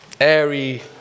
airy